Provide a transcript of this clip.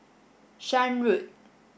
Shan Road